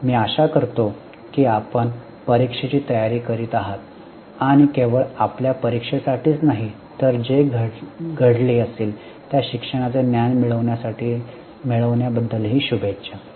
आणि मी आशा करतो की आपण परिक्षेची तयारी करीत आहात आणि केवळ आपल्या परीक्षेसाठीच नाही तर जे घडले असेल त्या शिक्षणाचे ज्ञान मिळवण्याबद्दलही शुभेच्छा